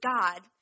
God